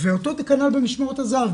ואותו כנ"ל במשמרות הזה"ב,